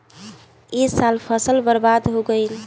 ए साल फसल बर्बाद हो गइल